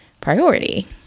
priority